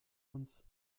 uns